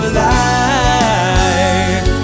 life